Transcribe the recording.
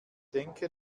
denke